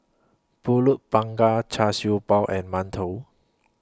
Pulut Panggang Char Siew Bao and mantou